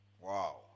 Wow